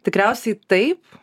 tikriausiai taip